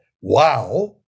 wow